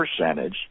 percentage